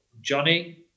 Johnny